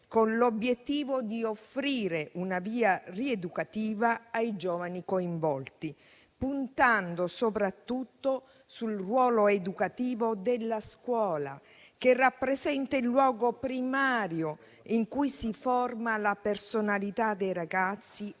con l'obiettivo di offrire una via rieducativa ai giovani coinvolti, puntando soprattutto sul ruolo educativo della scuola, che rappresenta il luogo primario in cui si forma la personalità dei ragazzi